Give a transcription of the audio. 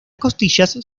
costillas